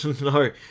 no